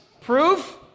Proof